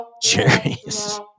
Cherries